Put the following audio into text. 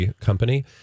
company